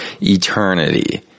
eternity